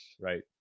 Right